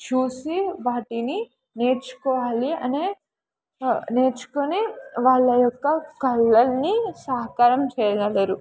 చూసి వాటిని నేర్చుకోవాలి అనే నేర్చుకొని వాళ్ళ యొక్క కలల్ని సాకారం చేయగలరు